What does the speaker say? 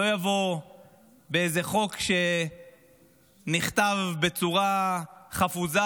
שלא יבוא באיזה חוק שנכתב בצורה חפוזה,